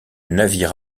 navire